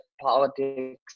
politics